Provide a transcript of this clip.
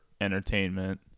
entertainment